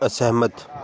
ਅਸਹਿਮਤ